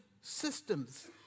systems